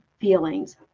feelings